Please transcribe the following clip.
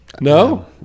no